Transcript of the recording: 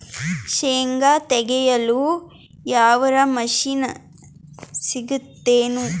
ಶೇಂಗಾ ತೆಗೆಯಲು ಯಾವರ ಮಷಿನ್ ಸಿಗತೆದೇನು?